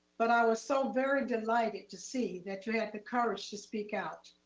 but i was so very delighted to see that you had the courage to speak out.